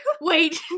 Wait